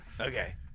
okay